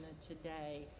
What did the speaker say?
today